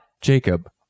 Jacob